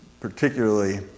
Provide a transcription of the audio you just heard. particularly